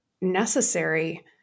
necessary